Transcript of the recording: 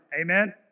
Amen